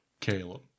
Caleb